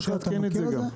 צריך לעדכן את זה גם.